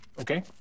Okay